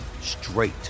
straight